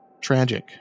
Tragic